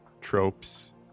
tropes